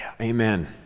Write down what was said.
Amen